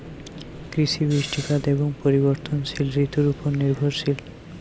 কৃষি বৃষ্টিপাত এবং পরিবর্তনশীল ঋতুর উপর নির্ভরশীল